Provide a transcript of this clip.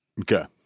Okay